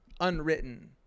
unwritten